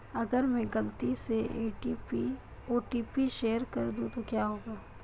अगर मैं गलती से ओ.टी.पी शेयर कर दूं तो क्या होगा?